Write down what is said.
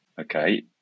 Okay